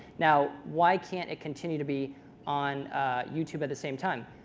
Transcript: now, why can't it continue to be on youtube at the same time?